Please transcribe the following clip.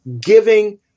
giving